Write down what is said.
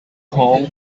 home